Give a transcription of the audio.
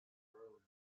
road